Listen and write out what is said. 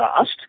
asked